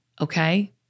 okay